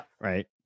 Right